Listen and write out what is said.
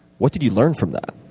what did you learn from that?